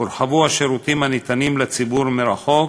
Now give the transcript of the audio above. הורחבו השירותים הניתנים לציבור מרחוק,